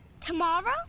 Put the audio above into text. Tomorrow